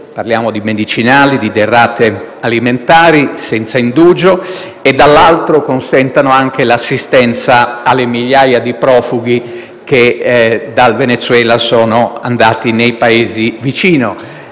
base (medicinali e derrate alimentari) senza indugio e, dall'altro, l'assistenza alle migliaia di profughi che dal Venezuela sono andati nei Paesi vicini.